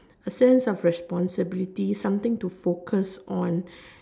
exams have responsibility something to focus on